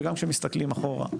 וגם כשמתסכלים אחורה,